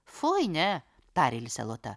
fuj ne tarė lisė lota